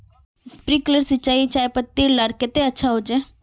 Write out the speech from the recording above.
Sprinkler सिंचाई चयपत्ति लार केते अच्छा होचए?